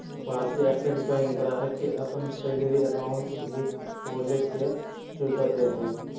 भारतीय state bank ग्राहक के अपन सैलरी अकाउंट भी खोले के सुविधा दे हइ